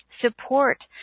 support